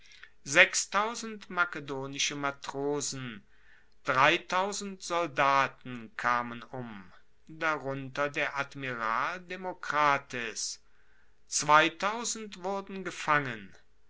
makedonische matrosen soldaten kamen um darunter der admiral demokrates wurden gefangen